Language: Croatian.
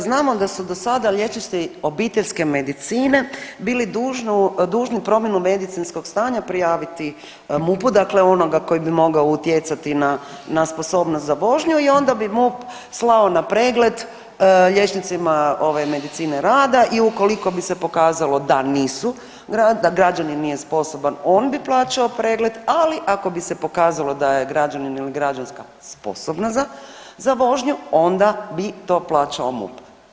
Znamo da su do sada liječnici obiteljske medicine bili dužnu promjenu medicinskog stanja prijaviti MUP-u dakle onoga koji bi mogao utjecati na sposobnost za vožnju i onda bi MUP slao na pregled liječnicima medicine rada i ukoliko bi se pokazalo da nisu da građanin nije sposoban on bi plaćao pregled, ali ako bi se pokazalo da je građanin ili građanka sposobna za vožnju onda bi to plaćao MUP.